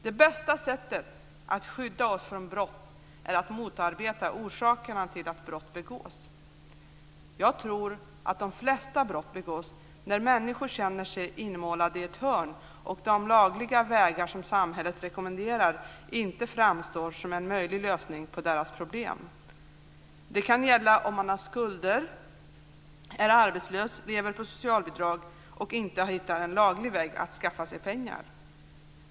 Det bästa sättet att skydda oss från brott är att motarbeta orsakerna till att brott begås. Jag tror att de flesta brott begås när människor känner sig inmålade i ett hörn och när de lagliga vägar som samhället rekommenderar inte framstår som en möjlig lösning på deras problem. Det kan gälla om man har skulder, är arbetslös, lever på socialbidrag och inte har hittat en laglig väg att skaffa sig pengar.